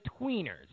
tweeners